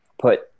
put